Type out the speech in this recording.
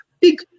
big